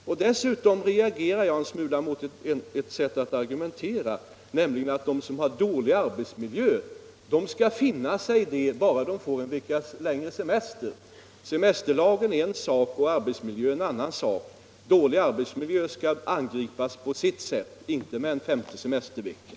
Dessutom reagerar jag en smula mot det sätt att argumentera som går ut på att de som har dålig arbetsmiljö skall finna sig i detta bara de får en veckas längre semester. Semesterlagen är en sak och arbetsmiljön en annan. Dålig arbetsmiljö skall angripas på sitt sätt, inte med en femte semestervecka.